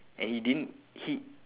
and he didn't he